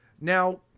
now